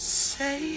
say